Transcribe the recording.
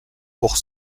pour